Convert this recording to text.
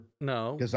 No